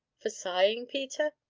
for sighing, peter?